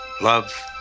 love